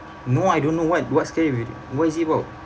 no I don't know what what scary vi~ what is it about